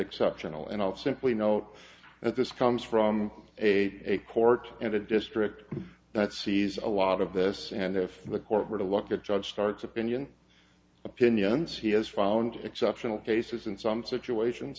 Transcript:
exceptional and i'll simply note that this comes from a court in the district that sees a lot of this and if the court were to look at judge starts opinion opinions he has found exceptional cases in some situations